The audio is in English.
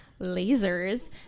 lasers